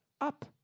Up